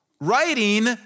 writing